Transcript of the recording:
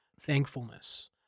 thankfulness